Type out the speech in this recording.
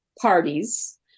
parties